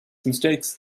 mistakes